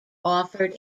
offered